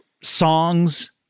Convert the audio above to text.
songs